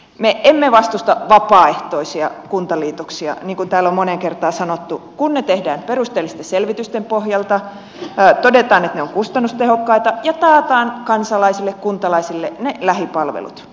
me emme vastusta vapaaehtoisia kuntaliitoksia niin kuin täällä on moneen kertaan sanottu kun ne tehdään perusteellisten selvitysten pohjalta todetaan että ne ovat kustannustehokkaita ja taataan kansalaisille kuntalaisille lähipalvelut